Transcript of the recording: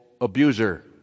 abuser